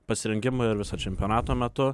pasirengimo ir viso čempionato metu